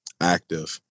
Active